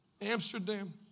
Amsterdam